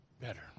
better